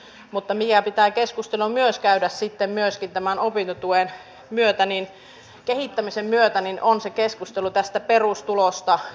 mutta mikä keskustelu pitää myös käydä tämän opintotuen kehittämisen myötä on keskustelu tästä perustulosta